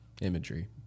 imagery